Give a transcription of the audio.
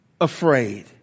afraid